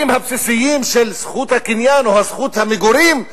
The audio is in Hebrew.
הבסיסיים של זכות הקניין או זכות המגורים,